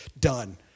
done